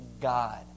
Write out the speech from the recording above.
God